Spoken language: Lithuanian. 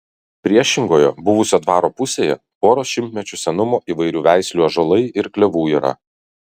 priešingoje buvusio dvaro pusėje poros šimtmečių senumo įvairių veislių ąžuolai ir klevų yra